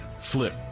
flip